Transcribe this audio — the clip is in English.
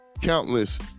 countless